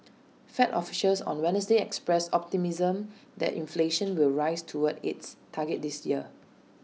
fed officials on Wednesday expressed optimism that inflation will rise toward its target this year